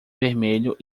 vermelho